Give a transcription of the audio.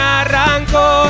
arrancó